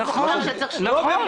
נכון.